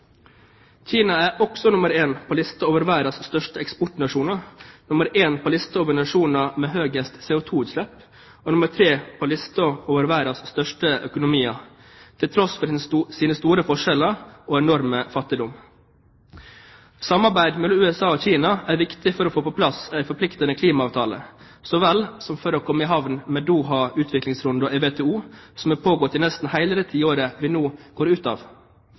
Kina er også nummer én på listen over verdens største eksportnasjoner, nummer én på listen over nasjoner med høyest CO2-utslipp og nummer tre på listen over verdens største økonomier til tross for sine store forskjeller og enorme fattigdom. Samarbeid mellom USA og Kina er viktig for å få på plass en forpliktende klimaavtale, så vel som for å komme i havn med Doha-utviklingsrunden i WTO, som har pågått i nesten hele det tiåret vi nå går ut av.